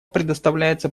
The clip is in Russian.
предоставляется